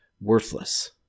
worthless